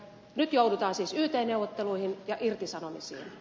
nyt joudutaan siis yt neuvotteluihin ja irtisanomisiin